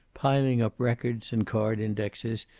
piling up records and card-indexes,